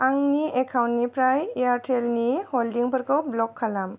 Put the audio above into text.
आंनि एकाउन्टनिफ्राय एयारटेलनि हलडिंफोरखौ ब्लक खालाम